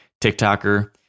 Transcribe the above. TikToker